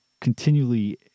continually